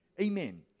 Amen